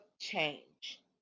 change